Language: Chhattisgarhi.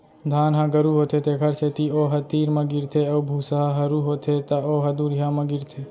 धान ह गरू होथे तेखर सेती ओ ह तीर म गिरथे अउ भूसा ह हरू होथे त ओ ह दुरिहा म गिरथे